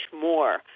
more